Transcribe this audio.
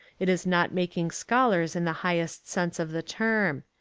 it is not making scholars in the highest sense of the term.